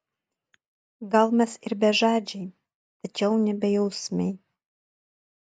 gal mes ir bežadžiai tačiau ne bejausmiai